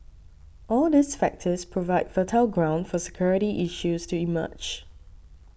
all these factors provide fertile ground for security issues to emerge